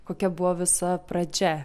kokia buvo visa pradžia